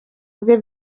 bwe